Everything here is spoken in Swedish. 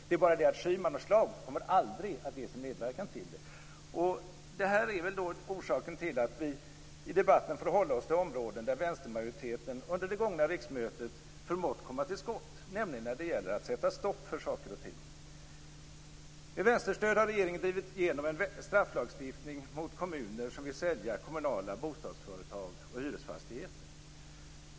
Det är bara det att Schyman och Schlaug aldrig kommer att medverka till det. Det är väl orsaken till att vi i debatten får hålla oss till områden där vänstermajoriteten under det gångna riksmötet förmått komma till skott, nämligen när det gäller att sätta stopp för saker och ting. Med vänsterstöd har regeringen drivit igenom en strafflagstiftning mot kommuner som vill sälja kommunala bostadsföretag och hyresfastigheter.